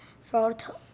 Photo